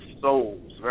souls